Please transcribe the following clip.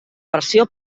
versió